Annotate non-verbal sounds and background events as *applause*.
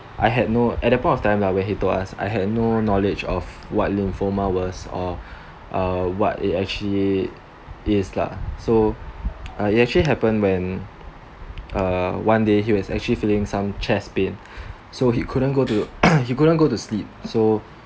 I had no at the point of time lah when he told us I had no knowledge of what lymphoma was or what it actually is lah so uh it actually happened when uh one day he was actually feeling some chest pain so he couldn't go to *coughs* he couldn't go to sleep so